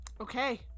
Okay